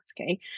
Okay